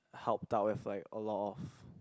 helped out with like a lot of